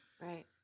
Right